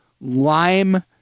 lime